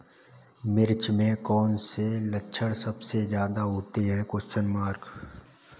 मिर्च में कौन से लक्षण सबसे ज्यादा होते हैं?